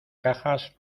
cajas